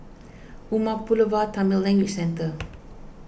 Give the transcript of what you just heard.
Umar Pulavar Tamil Language Centre